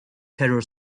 terror